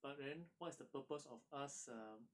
but then what's the purpose of us um